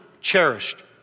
cherished